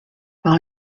par